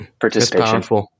participation